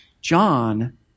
John